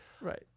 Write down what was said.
Right